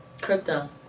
crypto